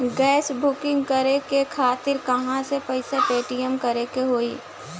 Gas booking करे के खातिर कहवा से पैसा पेमेंट करे के होई?